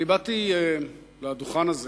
אני באתי לדוכן הזה